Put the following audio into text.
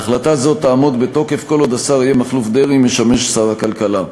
החלטה זו תעמוד בתוקף כל עוד השר אריה מכלוף דרעי משמש כשר הכלכלה.